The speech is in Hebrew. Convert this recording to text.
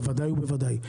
בוודאי ובוודאי,